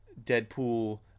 Deadpool